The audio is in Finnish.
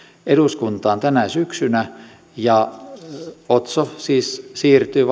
eduskuntaan tänä syksynä otso siis siirtyy